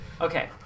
Okay